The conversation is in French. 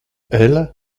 elles